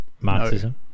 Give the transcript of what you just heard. Marxism